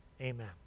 Amen